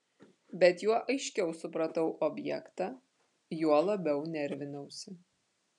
bet juo aiškiau supratau objektą juo labiau nervinausi